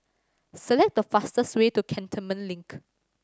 select the fastest way to Cantonment Link